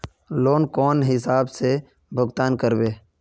Loan कौन हिसाब से भुगतान करबे?